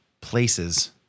places